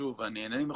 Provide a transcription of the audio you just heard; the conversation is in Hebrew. שוב, אני אינני מחוקק,